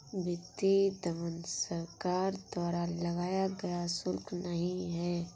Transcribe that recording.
वित्तीय दमन सरकार द्वारा लगाया गया शुल्क नहीं है